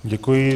Děkuji.